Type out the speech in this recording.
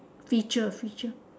feature feature